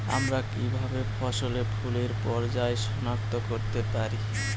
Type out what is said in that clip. আমরা কিভাবে ফসলে ফুলের পর্যায় সনাক্ত করতে পারি?